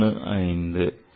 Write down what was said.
15